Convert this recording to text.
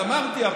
אבל אמרתי,